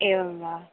एवं वा